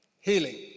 healing